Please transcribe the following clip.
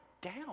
down